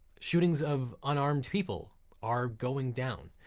shootings of unarmed people are going down,